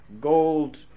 gold